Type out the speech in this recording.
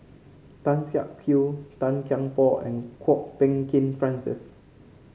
Tan Siak Kew Tan Kian Por and Kwok Peng Kin Francis